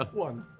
like one.